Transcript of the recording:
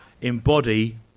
embody